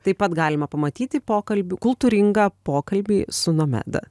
taip pat galima pamatyti pokalbių kultūringą pokalbį su nomeda